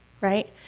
right